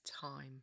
time